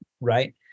Right